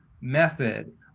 method